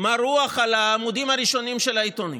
מרוח על העמודים הראשונים של העיתונים.